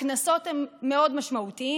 הקנסות הם מאוד משמעותיים: